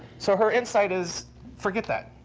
so her insight is forget that.